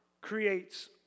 creates